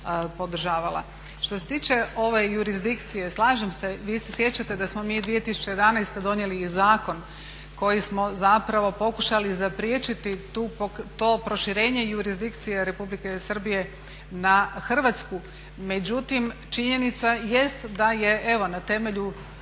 podržavala. Što se tiče ove jurisdikcije, slažem se, vi se sjećate da smo mi 2011. donijeli i zakon koji smo zapravo pokušali zapriječiti to proširenje jurisdikcije Republike Srbije na Hrvatsku. Međutim, činjenica jest da je evo na temelju